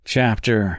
Chapter